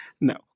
No